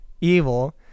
evil